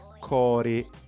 Corey